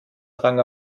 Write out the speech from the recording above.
rang